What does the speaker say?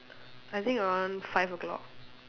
I think around five o-clock